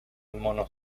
monos